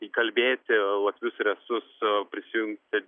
įkalbėti latvius ir estus prisijungti